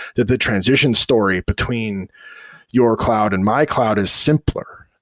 that the transition story between your cloud and my cloud is simpler,